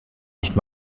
nicht